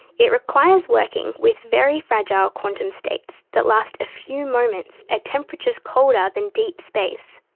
it requires working with very fragile quantum states that last a few moments at temperatures colder than deep space.